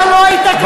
אתה לא היית כאן